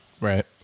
Right